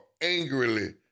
angrily